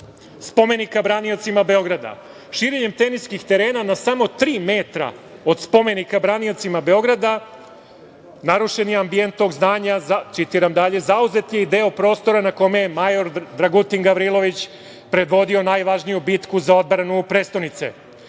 spomenika „Braniocima Beograda“, širenjem teniskih terena na samo tri metra od spomenika „Braniocima Beograda“ narušen je ambijent tog zdanja. Citiram i dalje – zauzet je deo prostora na kome je major Dragutin Gavrilović predvodio najvažniju bitku za odbranu prestonice.